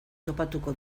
topatuko